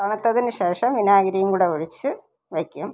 തണുത്തതിന് ശേഷം വിനാഗിരീം കൂടെ ഒഴിച്ചു വെയ്ക്കും